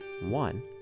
One